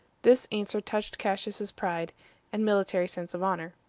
this answer touched cassius's pride and military sense of honor.